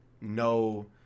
No